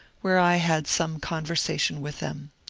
where i had some conversation with them.